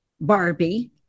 Barbie